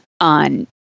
on